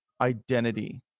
identity